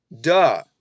Duh